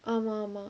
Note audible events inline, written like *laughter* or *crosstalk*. *noise*